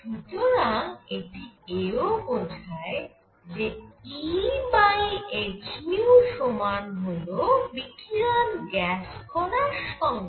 সুতরাং এটি এও বোঝায় যে Ehν সমান হল বিকিরণ গ্যাস কণার সংখ্যা